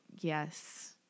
Yes